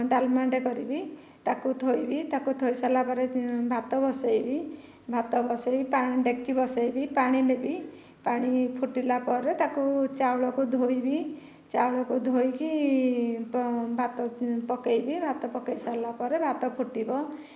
ଡାଲମା ଟା କରିବି ତାକୁ ଥୋଇବି ତାକୁ ଥୋଇସାରିଲାପରେ ଭାତ ବସେଇବି ଭାତ ବସେଇ ପାଣି ଡେକଚି ବସେଇବି ପାଣି ଦେବି ପାଣି ଫୁଟିଲାପରେ ତାକୁ ଚାଉଳକୁ ଧୋଇବି ଚାଉଳକୁ ଧୋଇକି ଭାତ ପକେଇବି ଭାତ ପକେଇଲାପରେ ଭାତ ଫୁଟିବ